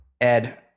Ed